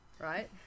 Right